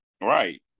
Right